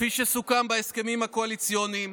כפי שסוכם בהסכמים הקואליציוניים,